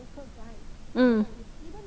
mm